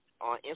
on